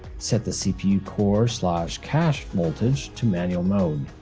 set the cpu core cache cache voltage to manual mode.